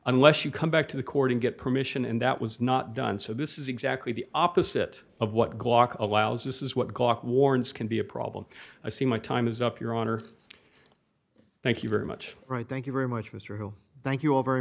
unless you come back to the court and get permission and that was not done so this is exactly the opposite of what glock allows this is what cocked warrants can be a problem i see my time is up your honor thank you very much right thank you very much mr hill thank you